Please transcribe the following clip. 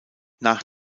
nach